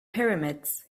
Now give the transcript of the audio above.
pyramids